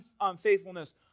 unfaithfulness